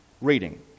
reading